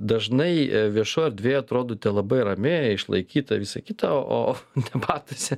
dažnai viešoj erdvėj atrodote labai rami išlaikyta visa kita o o debatuose